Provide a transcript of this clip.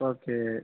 okay